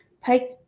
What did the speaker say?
Pike